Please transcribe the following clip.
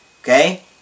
Okay